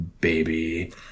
baby